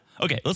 Okay